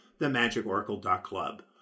TheMagicOracle.club